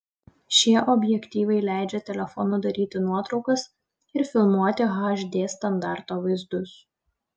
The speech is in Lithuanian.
šie objektyvai leidžia telefonu daryti nuotraukas ir filmuoti hd standarto vaizdus